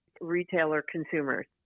retailer-consumers